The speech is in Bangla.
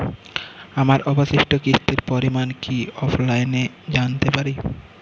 আমার অবশিষ্ট কিস্তির পরিমাণ কি অফলাইনে জানতে পারি?